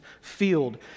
field